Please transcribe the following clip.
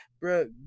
bro